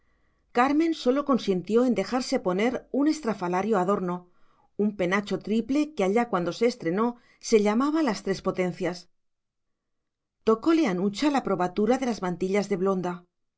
carmen sólo consintió en dejarse poner un estrafalario adorno un penacho triple que allá cuando se estrenó se llamaba las tres potencias tocóle a nucha la probatura de las mantillas de blonda